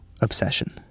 Obsession